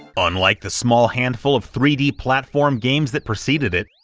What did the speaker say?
unlike the small handful of three d platform games that preceded it,